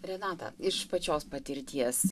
renata iš pačios patirties